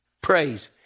Praise